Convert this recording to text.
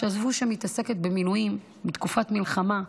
עזבו שהיא מתעסקת במינויים בתקופת מלחמה,